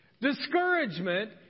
Discouragement